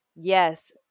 yes